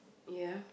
ya